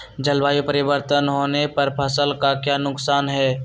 जलवायु परिवर्तन होने पर फसल का क्या नुकसान है?